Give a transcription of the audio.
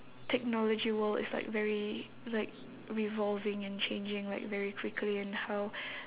technology world is like very like revolving and changing like very quickly and how